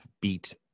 beat